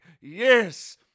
Yes